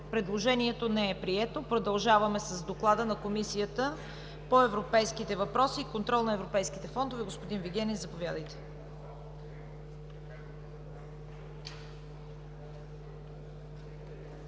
Предложението не е прието. Продължаваме с доклада на Комисията по европейските въпроси и контрол на европейските фондове. Господин Вигенин, заповядайте